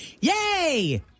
Yay